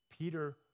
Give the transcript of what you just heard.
Peter